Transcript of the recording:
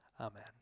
amen